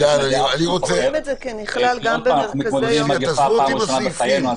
עוד פעם אנחנו מתמודדים עם מגפה פעם ראשונה בחיינו,